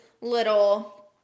little